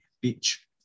Beach